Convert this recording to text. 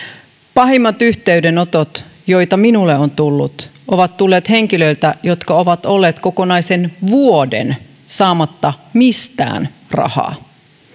pahimmat yhteydenotot joita minulle on tullut ovat tulleet henkilöiltä jotka ovat olleet kokonaisen vuoden saamatta mistään rahaa